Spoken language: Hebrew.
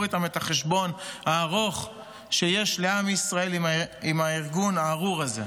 איתם את החשבון הארוך שיש לעם ישראל עם הארגון הארור הזה.